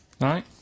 Right